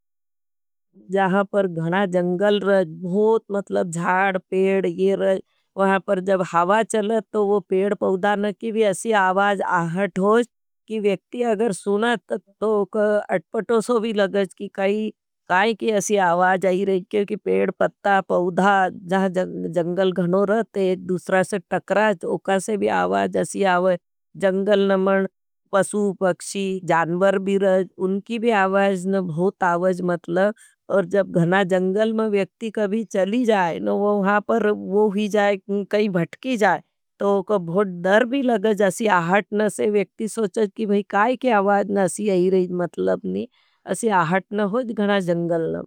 जहहपर घणा जंगल रज, भोत, मतलब ज्जाड, पेड, ये रज, वहापर जब हावा चलत। तो वो पेड, पौधा नकी भी ऐसी आवाज आहट होज, कि वेक्ति अगर सुनत, तो अटपटोसो भी लगज। कि काई, काई की ऐसी आवाज आई रज, क्योंकि पेड़, पत्ता, पौधा, जहां जंगल घणो रज। ते एक दूसरा से टकराज, उका से भी आवाज ऐसी आवाज, जंगल नमन, पसू, पक्षी, जानवर भी रज, उनकी भी आवाज न। भोत आवाज मतलब, और जब घणा जंगल में व्यक्ति कभी चली जाए, न वो वहाँ पर वो ही जाए। कई भठकी जाए, तो उका बहुत दर भी लगज, असी आहट न से व्यक्ति सोचाज। कि भाई काई की आवाज न असी आई रज मतलब नी, असी आहट न होज घणा जंगल।